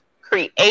create